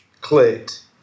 clicked